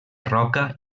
roca